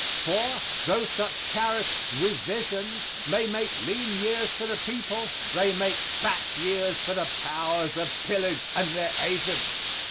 for, though such tariff revisions may make lean years for the people, they make fat years for the powers of pillage and their agents.